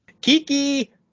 Kiki